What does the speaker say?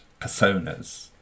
personas